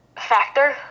factor